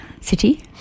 city